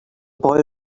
boy